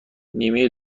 نیمه